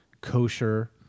kosher